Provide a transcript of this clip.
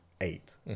eight